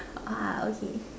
ah okay